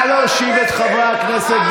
נא להושיב את חברי הכנסת,